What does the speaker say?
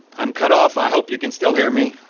i'm cut off. i hope you can still hear me.